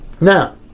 Now